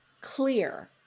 clear